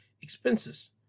expenses